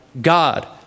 God